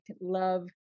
love